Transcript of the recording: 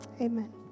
Amen